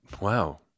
Wow